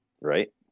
right